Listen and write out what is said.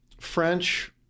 French